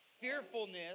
Fearfulness